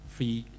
Free